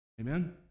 Amen